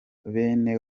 bene